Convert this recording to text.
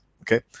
okay